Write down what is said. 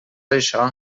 això